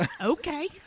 Okay